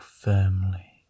firmly